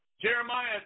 Jeremiah